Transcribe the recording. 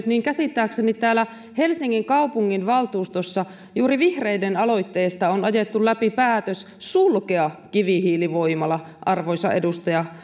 niin käsittääkseni täällä helsingin kaupunginvaltuustossa juuri vihreiden aloitteesta on ajettu läpi päätös sulkea kivihiilivoimala arvoisa edustaja